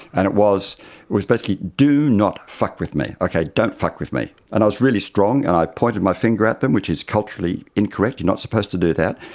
and it was was basically do not fuck with me, okay, don't fuck with me', and i was really strong and i pointed my finger at them, which is culturally incorrect, you're not supposed to do that,